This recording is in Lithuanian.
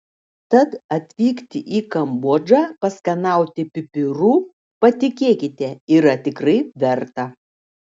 tad atvykti į kambodžą paskanauti pipirų patikėkite yra tikrai verta